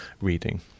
reading